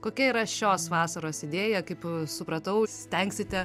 kokia yra šios vasaros idėja kaip supratau stengsite